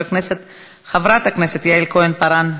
חברת הכנסת יעל כהן-פארן,